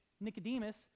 Nicodemus